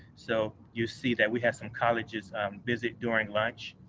so, you'll see that we have some colleges visit during lunch,